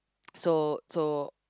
so so